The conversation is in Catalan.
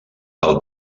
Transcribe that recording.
pel